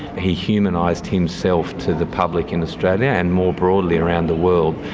he humanised himself to the public in australia, and more broadly around the world.